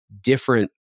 different